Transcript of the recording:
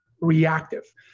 reactive